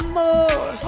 more